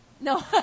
No